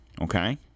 Okay